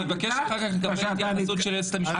אני מבקש אחר כך לקבל התייחסות של היועצת המשפטית.